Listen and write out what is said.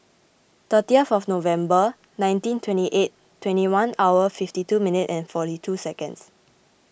thirty fourth November nineteen twenty eight twenty one hours fifty two minutes and forty two seconds